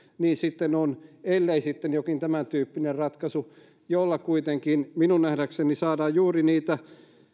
ellei sitten jokin tämäntyyppinen ratkaisu jolla kuitenkin minun nähdäkseni saadaan juuri niitä